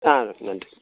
ஆ நன்றி